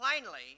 plainly